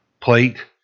plate